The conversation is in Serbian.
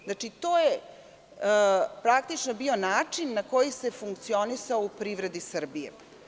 Znači, to je praktično bio način na koji se funkcionisalo u privredi Srbije.